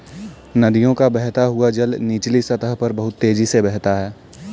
नदियों का बहता हुआ जल निचली सतह पर बहुत तेजी से बहता है